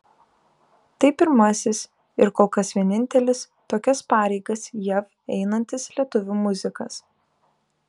tai pirmasis ir kol kas vienintelis tokias pareigas jav einantis lietuvių muzikas